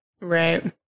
right